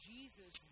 Jesus